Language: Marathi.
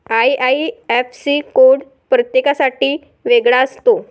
आई.आई.एफ.सी कोड प्रत्येकासाठी वेगळा असतो